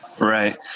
Right